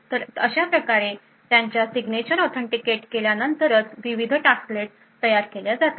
तर अशाप्रकारे त्यांच्या सिग्नेचर ऑथेंटिकेट केल्यानंतरच विविध टास्कलेट तयार केल्या जातात